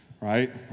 Right